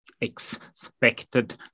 expected